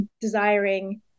desiring